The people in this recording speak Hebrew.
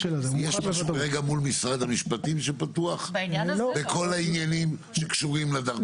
יש משהו כרגע מול משרד המשפטים שפתוח בכל העניינים שקשורים לדרכונים?